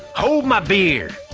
hold my beer,